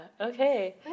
Okay